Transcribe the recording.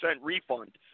refund